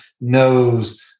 knows